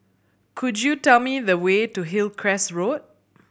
could you tell me the way to Hillcrest Road